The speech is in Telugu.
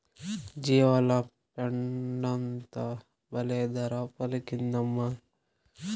జీవాల పెండంతా బల్లే ధర పలికిందమ్మా